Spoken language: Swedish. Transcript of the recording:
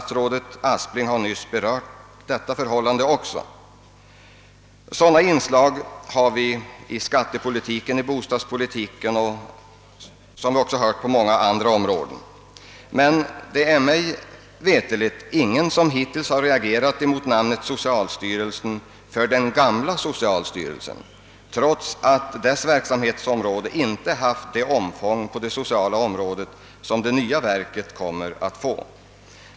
Sådana inslag förekommer i skatteoch bostadspolitiken och — som statsrådet Aspling nyss berörde — på många andra områden. Men det är mig veterligt ingen som hittills reagerat mot namnet »socialstyrelsen» på det gamla verket, trots att dess verksamhet inte haft det omfång på det sociala området som det nya verket kommer att få.